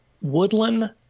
Woodland